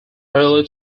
early